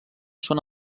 són